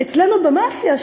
אצלנו במאפיה,